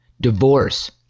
divorce